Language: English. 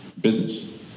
business